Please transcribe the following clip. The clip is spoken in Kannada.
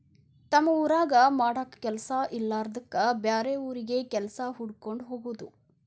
ತಮ್ಮ ಊರಾಗ ಮಾಡಾಕ ಕೆಲಸಾ ಸಿಗಲಾರದ್ದಕ್ಕ ಬ್ಯಾರೆ ಊರಿಗೆ ಕೆಲಸಾ ಹುಡಕ್ಕೊಂಡ ಹೊಗುದು